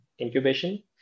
incubation